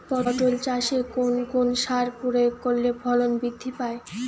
পটল চাষে কোন কোন সার প্রয়োগ করলে ফলন বৃদ্ধি পায়?